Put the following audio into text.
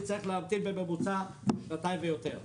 אני צריך להמתין בממוצע שנתיים ויותר.